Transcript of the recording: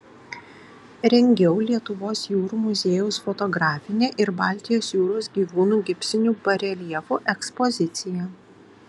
rengiau lietuvos jūrų muziejaus fotografinę ir baltijos jūros gyvūnų gipsinių bareljefų ekspoziciją